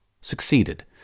succeeded